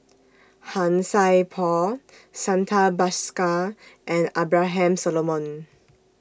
Han Sai Por Santha Bhaskar and Abraham Solomon